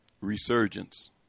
resurgence